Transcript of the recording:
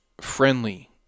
friendly